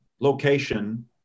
location